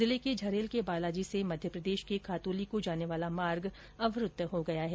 जिले के झरेल के बालाजी से मध्य प्रदेश के खातोली को जाने वाला मार्ग अवरूद्व हो गया है